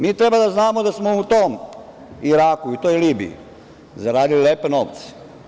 Mi treba da znamo da smo u tom Iraku i u toj Libiji zaradili lepe novce.